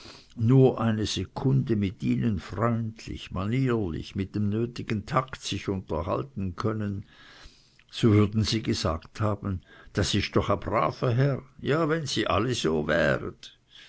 nur eine sekunde mit ihnen freundlich manierlich mit dem nötigen takt sich unterhalten können so würden sie gesagt haben das ist doch e brave herr ja we si all so wäri